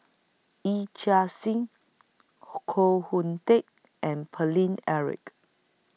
Yee Chia Hsing Koh Hoon Teck and Paine Eric